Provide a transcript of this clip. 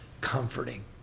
Comforting